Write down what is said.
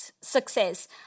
success